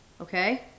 okay